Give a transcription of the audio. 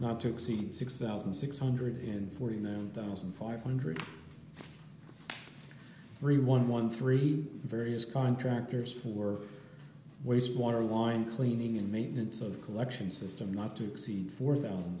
not to exceed six thousand six hundred and forty nine thousand five hundred three one one three various contractors who are wastewater wind cleaning and maintenance of the collection system not to exceed four thousand